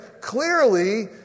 Clearly